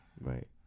Right